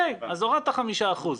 בסדר, הורדת חמישה אחוזים.